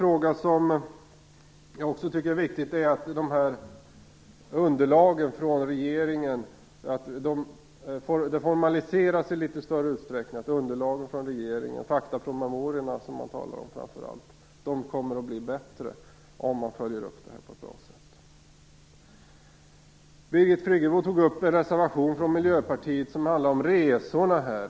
Det är viktigt att underlagen, faktapromemoriorna, från regeringen formaliseras i något större utsträckning. De kommer att bli bättre om man följer upp detta på ett bra sätt. Birgit Friggebo tog upp en reservation från Miljöpartiet som handlade om resorna.